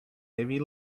heavy